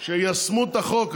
שיישמו את החוק,